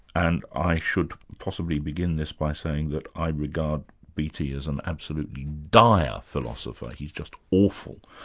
and i should possibly begin this by saying that i regard beattie as an absolutely dire philosopher, he's just awful.